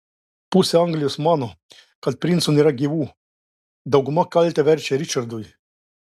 pusė anglijos mano kad princų nėra gyvų dauguma kaltę verčia ričardui